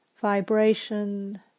vibration